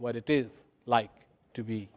what it is like to be